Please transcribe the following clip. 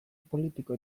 politiko